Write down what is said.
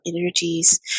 energies